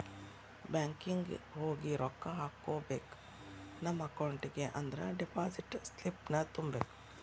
banking ಹೋಗಿ ರೊಕ್ಕ ಹಾಕ್ಕೋಬೇಕ್ ನಮ ಅಕೌಂಟಿಗಿ ಅಂದ್ರ ಡೆಪಾಸಿಟ್ ಸ್ಲಿಪ್ನ ತುಂಬಬೇಕ್